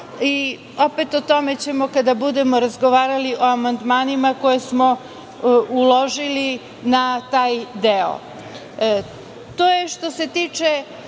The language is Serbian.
O tome ćemo, kada budemo razgovarali o amandmanima koje smo uložili na taj deo. To